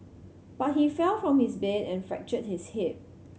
but he fell from his bed and fractured his hip